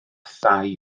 thai